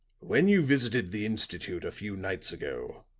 when you visited the institute a few nights ago,